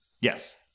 Yes